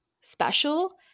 special